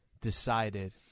decided